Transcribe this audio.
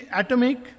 atomic